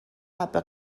حبه